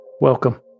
Welcome